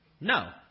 No